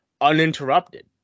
uninterrupted